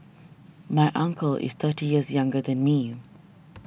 my uncle is thirty years younger than me